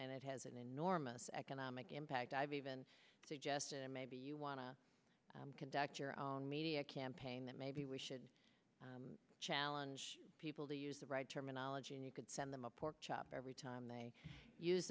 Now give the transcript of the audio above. and it has an enormous economic impact i've even suggested maybe you want to conduct your own media campaign that maybe we should challenge people to use the right terminology and you could send them a pork chop every time they use